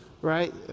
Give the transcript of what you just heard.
right